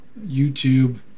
youtube